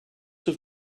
have